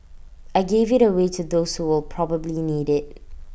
I gave IT away to those who will probably need IT